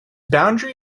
boundary